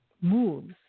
moves